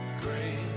great